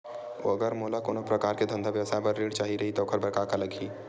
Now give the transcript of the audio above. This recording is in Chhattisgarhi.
अगर मोला कोनो प्रकार के धंधा व्यवसाय पर ऋण चाही रहि त ओखर बर का का लगही?